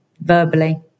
verbally